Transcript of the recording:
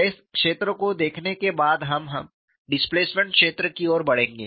stress क्षेत्र को देखने के बाद अब हम डिस्प्लेसमेंट क्षेत्र की ओर बढ़ेंगे